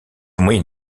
moyen